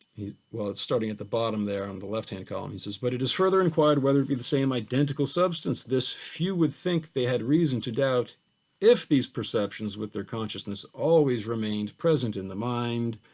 well it's starting at the bottom there on the left hand column, he says but it is further inquired whether it be the same identical substance that this few would think they had reason to doubt if these perceptions with their consciousness always remind present in the mind,